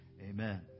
Amen